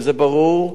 וזה ברור.